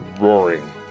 roaring